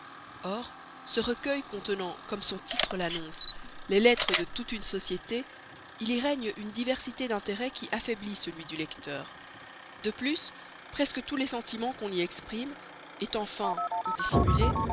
or ce recueil contenant comme son titre l'annonce les lettres de toute une société il y règne une diversité d'intérêts qui affaiblit celui du lecteur de plus presque tous les sentiments qu'on y exprime étant feints ou dissimulés